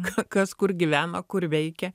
ka kas kur gyvena kur veikia